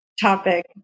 topic